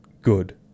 good